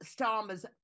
Starmer's